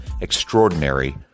extraordinary